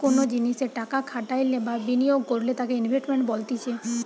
কোনো জিনিসে টাকা খাটাইলে বা বিনিয়োগ করলে তাকে ইনভেস্টমেন্ট বলতিছে